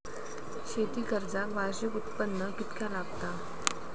शेती कर्जाक वार्षिक उत्पन्न कितक्या लागता?